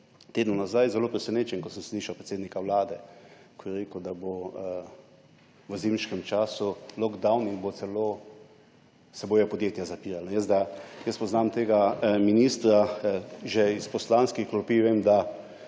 tednov nazaj zelo presenečen, ko sem slišal predsednika vlade, ko je rekel, da bo v zimskem času lockdown in se bodo celo podjetja zapirala. Jaz poznam tega ministra že iz poslanskih klopi in